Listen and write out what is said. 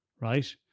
Right